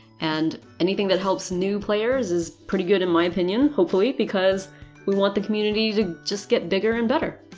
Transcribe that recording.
and anything that helps new players is pretty good in my opinion, hopefully, because we want the community to just get bigger and better.